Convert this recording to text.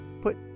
put